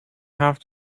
have